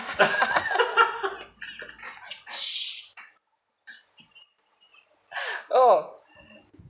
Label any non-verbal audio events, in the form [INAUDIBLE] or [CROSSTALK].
[LAUGHS] shh [BREATH] oh